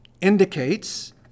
indicates